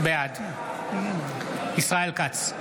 בעד ישראל כץ,